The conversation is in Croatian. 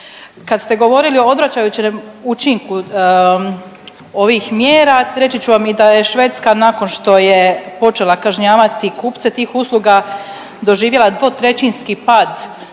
Kad ste govorili o odvračajućem učinku ovih mjera reći ću vam i da je Švedska nakon što je počela kažnjavati kupce tih usluga doživjela 2/3 pad